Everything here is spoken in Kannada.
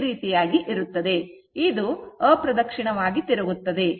ಆದ್ದರಿಂದ ಇದು ಅಪ್ರದಕ್ಷಿಣವಾಗಿ ತಿರುಗುತ್ತದೆ